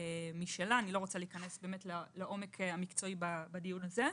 אני לא רוצה להיכנס לעומק המקצועי בדיון הזה.